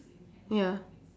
ya